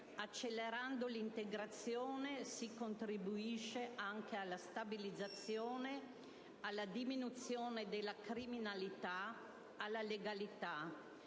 Accelerando l'integrazione si contribuisce anche alla stabilizzazione, alla diminuzione della criminalità, alla legalità.